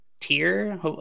tier